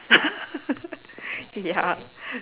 ya